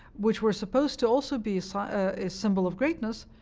which were supposed to also be so ah a symbol of greatness,